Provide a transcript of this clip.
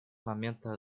момента